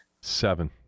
seven